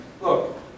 look